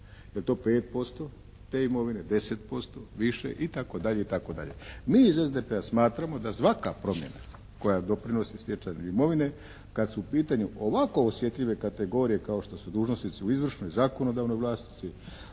Je li to 5% te imovine, 10%, više itd.? Mi iz SDP-a smatramo da svaka promjena koja doprinosi stjecanju imovine kad su u pitanju ovako osjetljive kategorije kao što su dužnosnici u izvršnoj, zakonodavnoj vlasti,